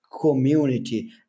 community